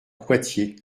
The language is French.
poitiers